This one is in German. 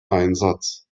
einsatz